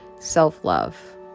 self-love